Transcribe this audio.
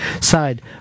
side